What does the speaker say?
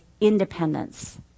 independence